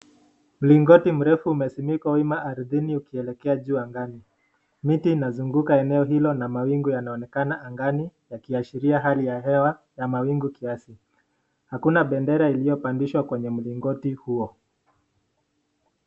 Mlingoti mrefu umezimika wima ardhini ukielekea juu angani. Miti inazunguka eneo Hilo na mawingu yanaonekana angani yakiashiria hali ya hewa na mawingu kiasi. Hakuna bendera iliyopandishwa kwenye mlingoti huo.